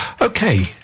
Okay